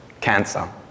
Cancer